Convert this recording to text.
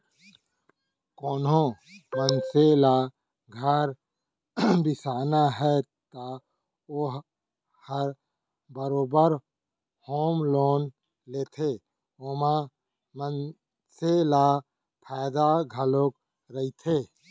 कोनो मनसे ल घर बिसाना हे त ओ ह बरोबर होम लोन लेथे ओमा मनसे ल फायदा घलौ रहिथे